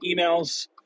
emails